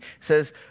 says